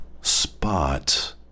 spot